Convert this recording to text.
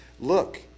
look